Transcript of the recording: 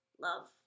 love